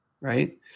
Right